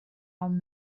old